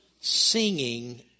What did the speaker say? singing